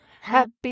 Happy